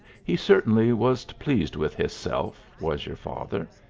he certainly was pleased with hisself, was your father.